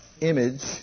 image